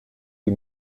die